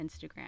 Instagram